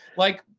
like,